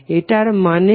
এটার মানে কি